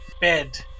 bed